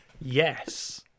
Yes